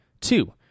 Two